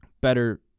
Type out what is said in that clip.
better